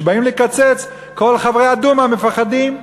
וכשבאים לקצץ כל חברי ה"דומה" מפחדים.